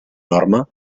norma